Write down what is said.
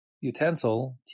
utensil